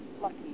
lucky